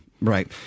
right